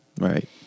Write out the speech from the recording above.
Right